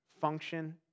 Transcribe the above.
function